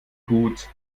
gut